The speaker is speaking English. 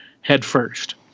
headfirst